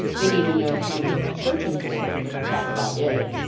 they need to know kind of what they are searching for. but that's about it.